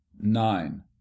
nine